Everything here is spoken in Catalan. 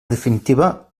definitiva